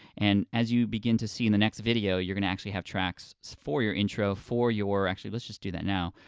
and as you begin to see in the next video, you're gonna actually have tracks for your intro, for your, actually, let's just do that now,